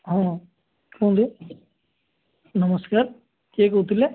ହଁ କୁହନ୍ତୁ ନମସ୍କାର କିଏ କହୁଥୁଲେ